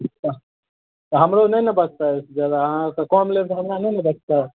तऽ हमरो नहि ने बचतै जाइलए अहाँसँ कम लेब तऽ हमरा नहि ने बचतै